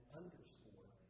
underscore